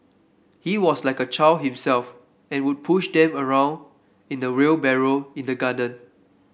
he was like a child himself and would push them around in a wheelbarrow in the garden